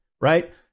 right